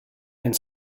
and